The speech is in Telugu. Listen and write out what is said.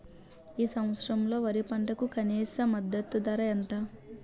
ఈ సంవత్సరంలో వరి పంటకు కనీస మద్దతు ధర ఎంత?